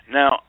now